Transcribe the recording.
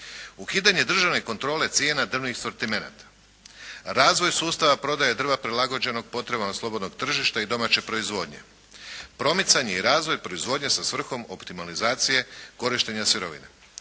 ukidanje državne kontrole cijena drvnih sortimenata, razvoj sustava prodaje drva prilagođenog potrebama slobodnog tržišta i domaće proizvodnje, promicanje i razvoj proizvodnje sa svrhom optimalizacije korištenja sirovine.